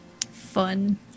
fun